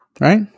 right